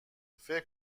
فکر